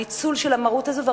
הניצול של המרות הזאת.